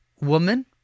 Woman